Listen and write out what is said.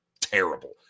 terrible